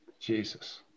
Jesus